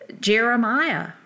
Jeremiah